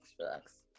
relax